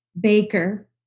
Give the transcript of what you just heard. baker